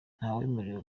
ntawemerewe